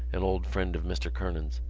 an old friend of mr. kernan's,